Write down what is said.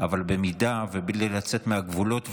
אבל במידה, ובלי לצאת מהגבולות.